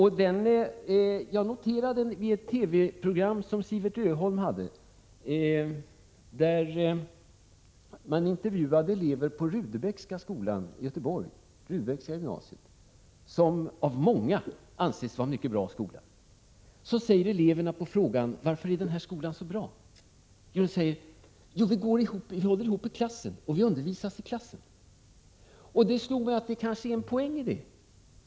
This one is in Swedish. I ett av Siewert Öholms TV-program intervjuade man nyligen elever på Rudebeckska gymnasiet i Göteborg, som av många anses vara en mycket bra skola. Jag noterade att elever på frågan: Varför är denna skola så bra? svarade: Vi håller ihop i klassen och undervisas i klassen. Det slog mig att det kanske ligger en poäng i det.